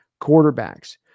quarterbacks